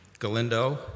Galindo